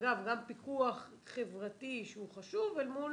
אגב, גם פיקוח חברתי שהוא חשוב אל מול